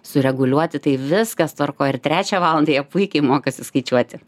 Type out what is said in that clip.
sureguliuoti tai viskas tvarkoj ir trečią valandą jie puikiai mokosi skaičiuoti